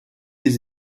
les